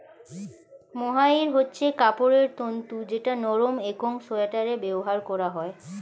mohair হচ্ছে কাপড়ের তন্তু যেটা নরম একং সোয়াটারে ব্যবহার করা হয়